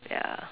ya